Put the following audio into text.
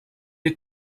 est